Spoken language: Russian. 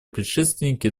предшественники